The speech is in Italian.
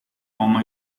uomo